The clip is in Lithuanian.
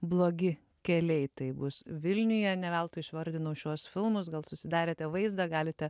blogi keliai taip bus vilniuje ne veltui išvardinau šiuos filmus gal susidarėte vaizdą galite